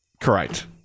correct